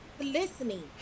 Listening